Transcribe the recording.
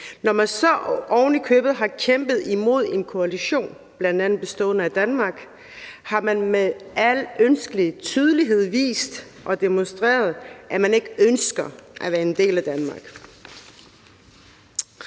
Når man så ovenikøbet har kæmpet imod en koalition bestående af bl.a. Danmark, har man med al ønskelig tydelighed vist og demonstreret, at man ikke ønsker at være en del af Danmark.